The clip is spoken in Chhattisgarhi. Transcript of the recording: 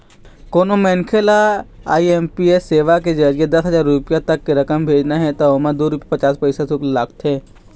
कोनो मनखे ल आई.एम.पी.एस सेवा के जरिए दस हजार रूपिया तक रकम भेजना हे त ओमा दू रूपिया पचास पइसा सुल्क लागथे